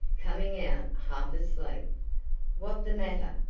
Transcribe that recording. coming out half asleep what the matter?